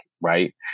Right